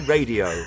Radio